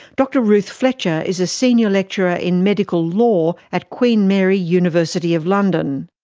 dr ruth fletcher is a senior lecturer in medical law at queen mary university of london.